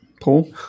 Paul